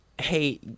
hey